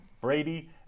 Brady